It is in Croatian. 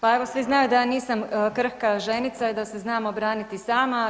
Pa evo svi znaju da ja nisam krhka ženica i da se znam obraniti sama.